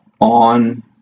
on